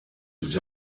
his